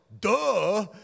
duh